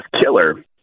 killer